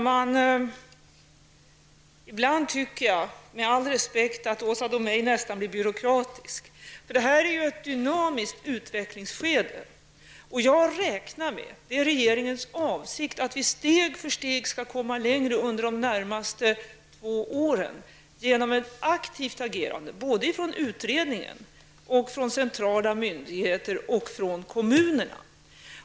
Herr talman! Med all respekt för Åsa Domeij tycker jag att hon ibland blir nästan byråkratisk. Det här är ju ett dynamiskt utvecklingsskede. Jag räknar med, vilket är regeringens avsikt, att vi steg för steg skall komma längre under de närmaste två åren genom ett aktivt agerande från utredningen, centrala myndigheter och kommunerna.